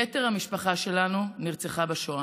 יתר המשפחה שלנו נרצחה בשואה.